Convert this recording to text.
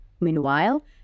Meanwhile